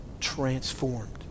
transformed